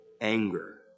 anger